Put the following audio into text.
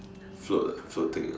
float ah float thing ah